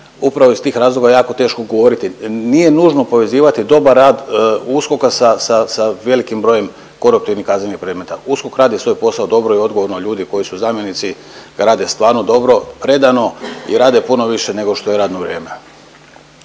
upravo iz tih razloga je jako teško govoriti. Nije nužno povezivati dobar rad USKOK-a sa, sa, sa velikim brojem koruptivnih kaznenih predmeta. USKOK radi svoj posao dobro i odgovorno, ljudi koji su zamjenici ga rade stvarno dobro, predano i rade puno više nego što je radno vrijeme.